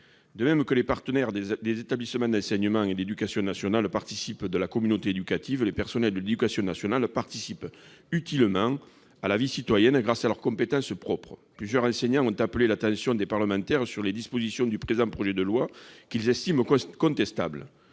De même que les partenaires des établissements d'enseignement et de l'éducation nationale participent de la communauté éducative, les personnels de l'éducation nationale participent utilement à la vie citoyenne grâce à leurs compétences propres. Plusieurs enseignants ont appelé l'attention des parlementaires sur des dispositions du présent projet de loi qu'ils estiment contestables.